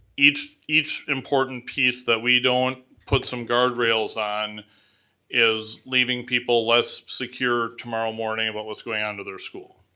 each each important piece that we don't put some guardrails on is leaving people less secure tomorrow morning about what's going on in their school.